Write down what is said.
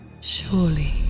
Surely